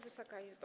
Wysoka Izbo!